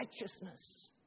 righteousness